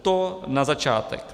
To na začátek.